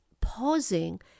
pausing